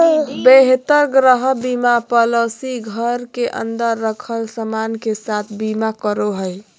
बेहतर गृह बीमा पॉलिसी घर के अंदर रखल सामान के साथ बीमा करो हय